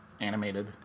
animated